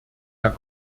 herr